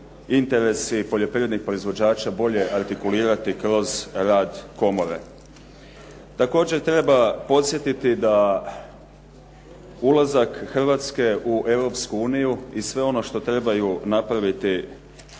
interesi poljoprivrednih proizvođača artikulirati kroz rad komore. Također treba podsjetiti da ulazak Hrvatske u Europsku uniju i sve ono što trebaju napraviti